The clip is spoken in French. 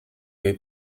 lieu